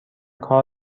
کار